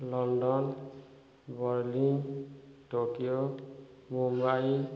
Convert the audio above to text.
London Berlin Tokyo Mumbai